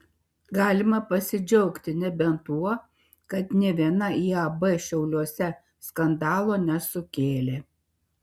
galima pasidžiaugti nebent tuo kad nė viena iab šiauliuose skandalo nesukėlė